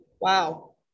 Wow